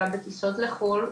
אלא בטיסות לחו"ל,